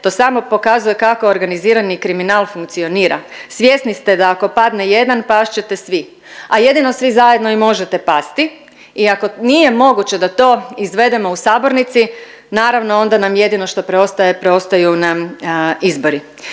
to samo pokazuje kako organizirani kriminal funkcionira. Svjesni ste da ako padne jedan, past ćete svi, a jedino svi zajedno i možete pasti, iako nije moguće da to izvedemo u sabornici, naravno, onda nam jedino što preostaje, preostaju nam izbori.